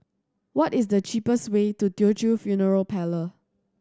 what is the cheapest way to Teochew Funeral Parlour